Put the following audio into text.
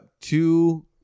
two